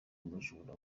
umujura